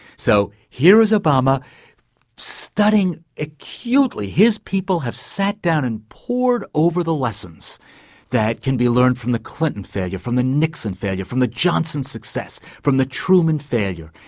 so here is obama studying acutely, his people have sat down and pored over the lessons that can be learned from the clinton failure, from the nixon failure, from the johnson success, from the truman failure,